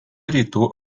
rytų